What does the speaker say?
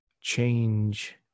change